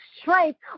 strength